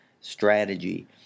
strategy